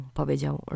powiedział